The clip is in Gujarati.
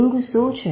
ઊંઘ શું છે